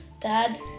Dad